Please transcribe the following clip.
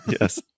Yes